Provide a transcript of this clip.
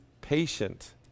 patient